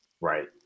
Right